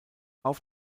auf